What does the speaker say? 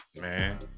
man